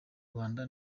rwanda